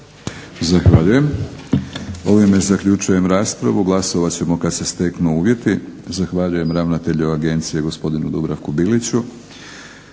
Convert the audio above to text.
Zahvaljujem. Ovime zaključujem raspravu. Glasovat ćemo kad se steknu uvjeti. Zahvaljujem ravnatelju Agencije gospodinu Dubravku Biliću.